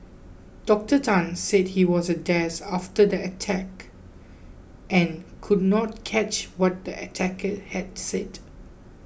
Doctor Tan said he was a daze after the attack and could not catch what the attacker had said